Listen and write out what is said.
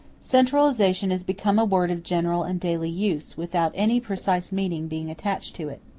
centralization is become a word of general and daily use, without any precise meaning being attached to it.